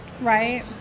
Right